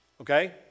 okay